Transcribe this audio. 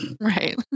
Right